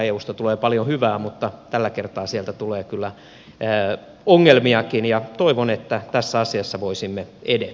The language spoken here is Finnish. eusta tulee paljon hyvää mutta tällä kertaa sieltä tulee kyllä ongelmiakin ja toivon että tässä asiassa voisimme edetä